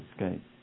escape